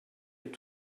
est